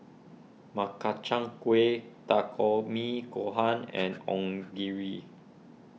Makchang Gui Takikomi Gohan and Onigiri